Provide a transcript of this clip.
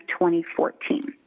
2014